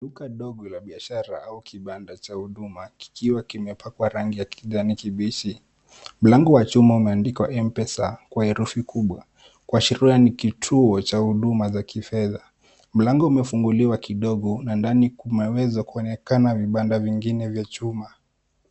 Duka dogo la biashara au kibanda cha huduma kikiwa kimepakwa rangi ya kijani kibichi. Mlango wa chuma umeandikwa M-pesa kwa herufi kubwa kuashiria ni kituo cha huduma za kifedha. Mlango umefunguliwa kidogo na ndani kumeweza kuonekana vibanda vingine vya chuma.